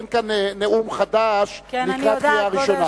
אין כאן נאום חדש לקראת קריאה ראשונה.